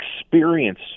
experience